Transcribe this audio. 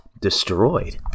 destroyed